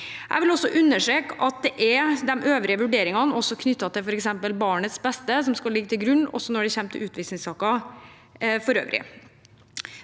Jeg vil også understreke at det er de øvrige vurderingene knyttet til f.eks. barnets beste som skal ligge til grunn når det gjelder utvisningssaker for øvrig.